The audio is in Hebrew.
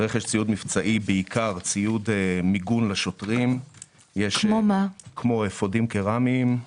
בעיקר ציוד מיגון לשוטרים כמו אפודים קרמיים,